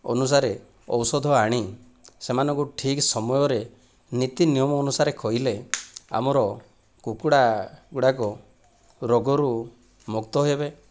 ଅନୁସାରେ ଔଷଧ ଆଣି ସେମାନଙ୍କୁ ଠିକ୍ ସମୟରେ ନୀତି ନିୟମ ଅନୁସାରେ ଖୋଇଲେ ଆମର କୁକୁଡ଼ା ଗୁଡ଼ାକ ରୋଗରୁ ମୁକ୍ତ ହେବେ